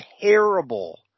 terrible